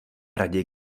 raději